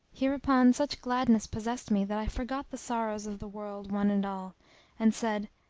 hereupon such gladness possessed me that i forgot the sorrows of the world one and all and said,